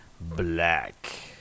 Black